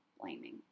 blaming